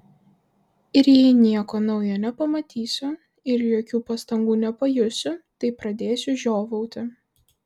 ir jei nieko naujo nepamatysiu ir jokių pastangų nepajusiu tai pradėsiu žiovauti